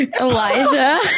Elijah